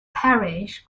parish